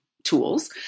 tools